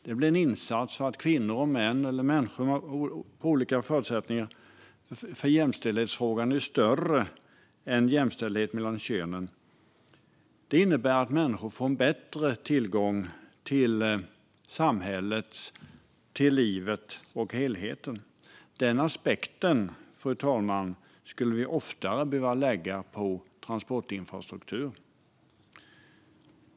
Det blir en insats för kvinnor och män - eller för människor med olika förutsättningar, för jämställdhetsfrågan är större än jämställdhet mellan könen. Det innebär att människor får bättre tillgång till samhället, livet och helheten. Den aspekten, fru talman, skulle vi oftare behöva lägga på transportinfrastrukturen.